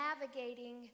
navigating